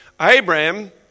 Abraham